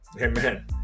Amen